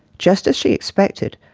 just as she expected,